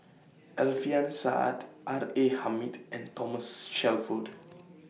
Alfian Sa'at R A Hamid and Thomas Shelford